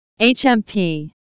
HMP